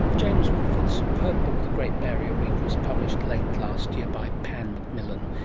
james woodford's superb book the great barrier reef was published late last year by pan macmillan.